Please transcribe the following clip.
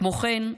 כמו כן,